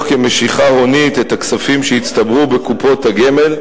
כמשיכה הונית את הכספים שהצטברו בקופות הגמל,